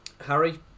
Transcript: Harry